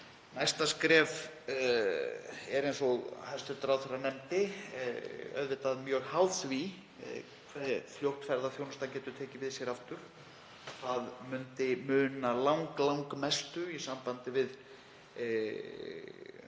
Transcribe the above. Næsta skref er, eins og hæstv. ráðherra nefndi, auðvitað mjög háð því hve fljótt ferðaþjónustan getur tekið við sér aftur. Það myndi muna langmestu í sambandi við